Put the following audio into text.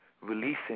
releasing